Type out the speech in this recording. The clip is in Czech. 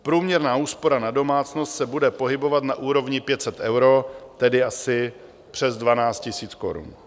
Průměrná úspora na domácnost se bude pohybovat na úrovni 500 eur, tedy asi přes 12 tisíc korun.